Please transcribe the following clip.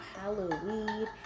Halloween